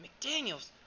McDaniels